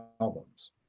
albums